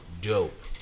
Dope